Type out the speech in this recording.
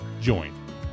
join